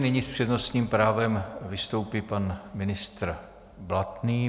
Nyní s přednostním právem vystoupí pan ministr Blatný.